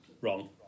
Wrong